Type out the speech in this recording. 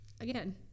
Again